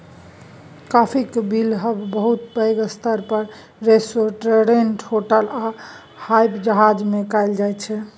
काफीक बिलहब बहुत पैघ स्तर पर रेस्टोरेंट, होटल आ हबाइ जहाज मे कएल जाइत छै